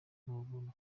ubuntu